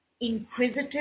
inquisitive